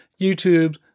YouTube